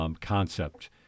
concept